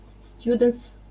students